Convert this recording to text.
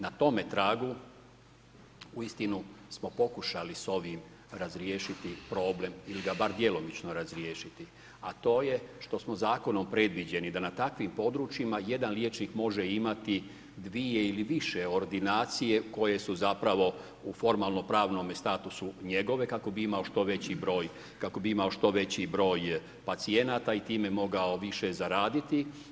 Na tome tragu uistinu smo pokušali s ovim razriješiti problem ili ga bar djelomično razriješiti a to je što smo zakonom predviđeni da na takvim područjima jedan liječnik može imati dvije ili više ordinacije koje su zapravo u formalno-pravome statusu njegove kak bi imao što veći broj pacijenata i time mogao više zaraditi.